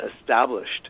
established